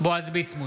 בועז ביסמוט,